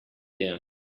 down